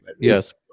Yes